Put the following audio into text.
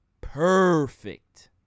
perfect